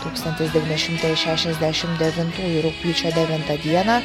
tūkstantis devyni šimtai šešiasdešim devintųjų rugpjūčio devintą dieną